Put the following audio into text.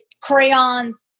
crayons